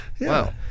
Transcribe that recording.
Wow